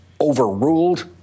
overruled